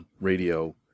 radio